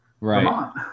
Right